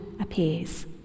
appears